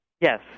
Yes